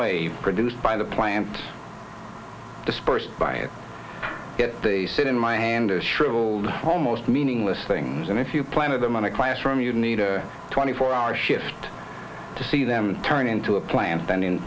way produced by the plant dispersed by and yet they sit in my hand shrivelled almost meaningless things and if you planted them in a classroom you need a twenty four hour shift to see them turn into a plant then in